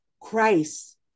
Christ